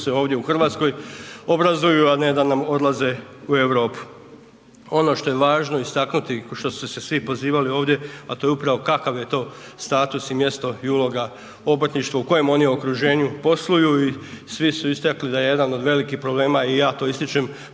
da se ovdje u Hrvatskoj obrazuju, a ne da nam odlaze u Europu. Ono što je važno istaknuti što su se svi pozivali ovdje, a to je upravo kakav je to status i mjesto i uloga obrtništva, u kojem oni okruženju posluju i svi su istakli da je jedan od velikih problema i ja to ističem,